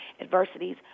adversities